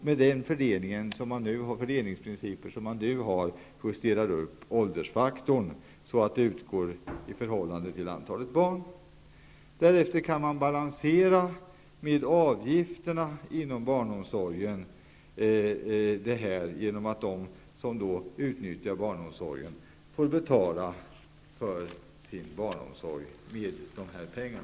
Med de fördelningsprinciper som man nu har kan man justera åldersfaktorn så att bidrag utgår i förhållande till antalet barn. Därefter kan man balansera det här med avgifterna inom barnomsorgen, så att de som utnyttjar barnomsorgen får betala för det med dessa pengar.